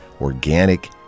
organic